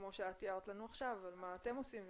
כמו שתיארת לנו עכשיו מה אתם עושים,